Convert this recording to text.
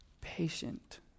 patient